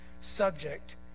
subject